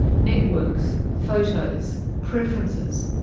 networks, photos, preferences,